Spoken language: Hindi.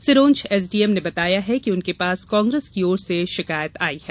सिरोंज एसडीएम ने बताया कि उनके पास कांग्रेस की ओर से शिकायत एक आयी है